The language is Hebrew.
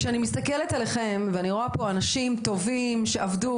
כשאני מסתכלת עליכם ואני רואה פה אנשים טובים שעבדו